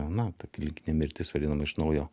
na ta klinikinė mirtis vadinama iš naujo